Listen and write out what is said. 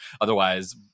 Otherwise